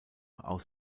aus